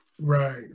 Right